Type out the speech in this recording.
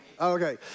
okay